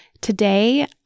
Today